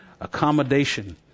accommodation